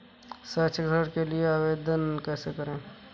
शैक्षिक ऋण के लिए आवेदन कैसे करें?